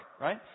right